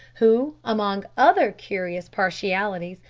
who, among other curious partialities,